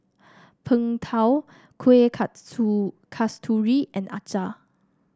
Png Tao Kuih Kasturi and acar